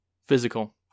Physical